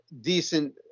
decent